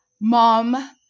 mom